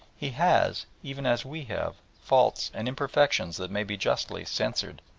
he has, even as we have, faults and imperfections that may be justly censured.